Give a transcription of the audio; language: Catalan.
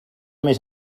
més